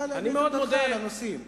תוכל להגיב בזמנך על הנושאים.